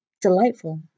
delightful